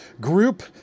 group